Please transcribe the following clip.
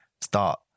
start